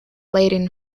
latin